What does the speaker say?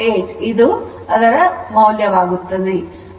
8 ಇದು ಗರಿಷ್ಠ ಮೌಲ್ಯವಾಗಿದೆ